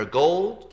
gold